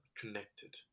connected